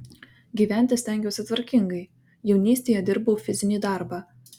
gyventi stengiausi tvarkingai jaunystėje dirbau fizinį darbą